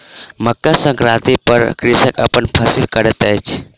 मकर संक्रांति पर कृषक अपन फसिल कटैत अछि